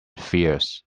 fierce